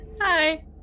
Hi